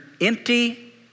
empty